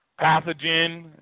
pathogen